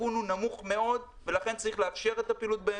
הסיכון הוא נמוך מאוד ולכן צריך לאפשר את הפעילות בהן.